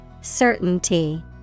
Certainty